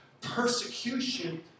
persecution